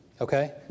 Okay